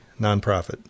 nonprofit